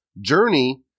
journey